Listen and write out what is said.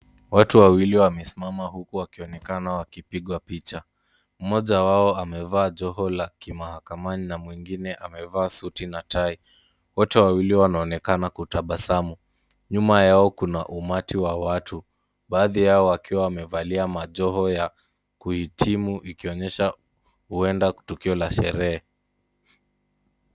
Watu wawili wamesimama huku wakionekana wakipigwa picha. Mmoja wao amevaa joho la kimahakamani na mwingine amevaa suti na tai. Wote wawili wanaonekana wakitabasamu. Nyuma yao kuna umati wa watu, baadhi yao wakiwa wamevalia majoho ya kuhitimu, ikionyesha huenda tukio la sherehe.